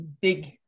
big